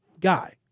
guy